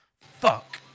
fuck